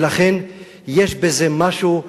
לכן יש בזה משהו,